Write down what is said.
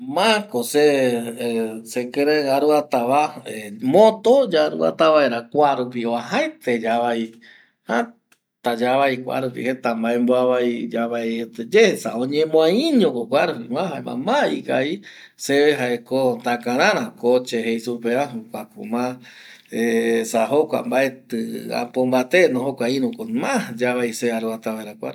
Ma ko se eh sekirei aruata va eh moto yaruata vaera kuarupi vuajaete yavai, jata yavai kuarupi jeta maemboavai yavaieteyae esa jeta oñemoai iño ko kuarupiva jaema ma ikavi seve jaeko takarara coche jei supe va, kuako ma eh esa jokua mbaeti apo mbate no, jokua iru ko ma yavai se aruata vaera kuarupi